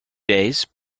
days